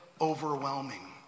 overwhelming